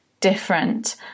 different